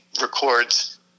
records